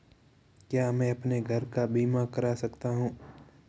क्या मैं अपने घर का बीमा करा सकता हूँ?